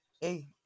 hey